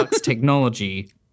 technology